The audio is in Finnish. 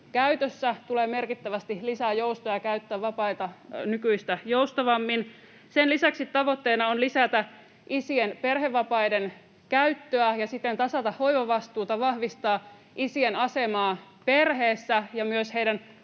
käytössä — tulee merkittävästi lisää joustoja käyttää vapaita nykyistä joustavammin. Sen lisäksi tavoitteena on lisätä isien perhevapaiden käyttöä ja siten tasata hoivavastuuta, vahvistaa isien asemaa perheessä ja myös heidän